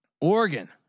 Oregon